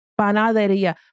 panaderia